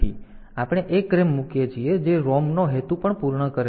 તેથી આપણે એક RAM મૂકીએ છીએ જે ROM નો હેતુ પણ પૂર્ણ કરે છે